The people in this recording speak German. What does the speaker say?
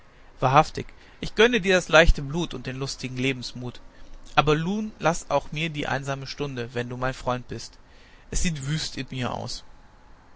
wahrhaftig ich gönne dir das leichte blut und den lustigen lebensmut aber nun laß auch mir die einsame stunde wenn du mein freund bist es sieht wüst in mir aus